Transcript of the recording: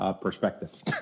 perspective